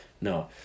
No